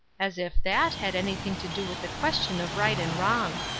as if that had anything to do with the question of right and wrong!